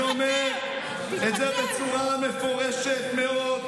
אני אומר את זה בצורה מפורשת מאוד.